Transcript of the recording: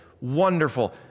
wonderful